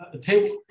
take